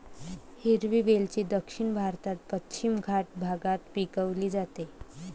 हिरवी वेलची दक्षिण भारतातील पश्चिम घाट भागात पिकवली जाते